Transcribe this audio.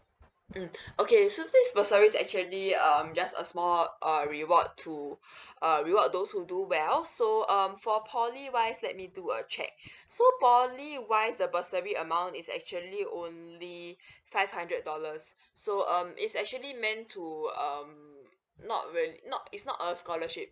mm okay so these bursaries actually um just a small err reward to uh reward those who do well so um for poly wise let me do a check so poly wise the bursary amount is actually only five hundred dollars so um it's actually meant to um not really not it's not a scholarship